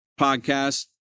podcast